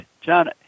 John